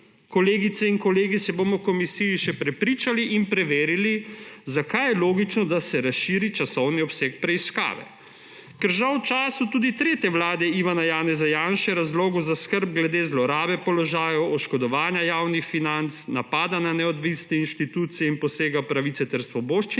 kolegice in kolegi, se bomo v komisiji še prepričali in bomo preverili. Zakaj je logično, da se razširi časovni obseg preiskave? Ker žal tudi v času tretje vlade Ivana Janeza Janše razlogov za skrb glede zlorabe položajev, oškodovanja javnih financ, napada na neodvisne inštitucije in posega v pravice ter svoboščine